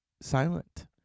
silent